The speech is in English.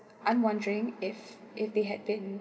I'm wondering if if they had been